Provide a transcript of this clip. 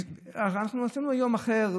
אנחנו עשינו יום אחר,